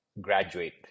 graduate